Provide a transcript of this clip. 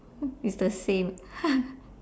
it's the same